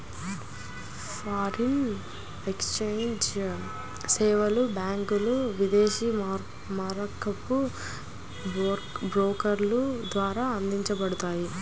foreign exchange సేవలు బ్యాంకులు, విదేశీ మారకపు బ్రోకర్ల ద్వారా అందించబడతాయి